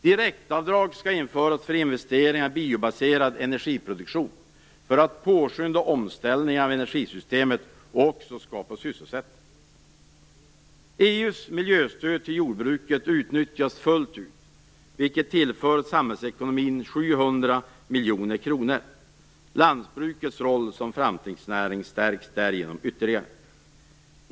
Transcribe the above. Direktavdrag skall införas för investeringar i biobaserad energiproduktion för att påskynda omställning av energisystemet och också skapa sysselsättning. EU:s miljöstöd till jordbruket utnyttjas fullt ut, vilket tillför samhällsekonomin 700 miljoner kronor. Lantbrukets roll som framtidsnäring stärks därigenom ytterligare.